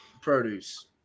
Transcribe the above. produce